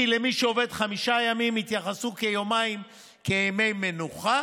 כי מי שעובד חמישה ימים יתייחסו ליומיים כאל ימי מנוחה,